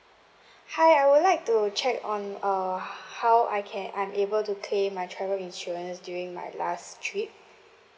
hi I would like to check on uh our how I can I'm able to claim my travel insurance during my last trip